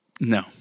No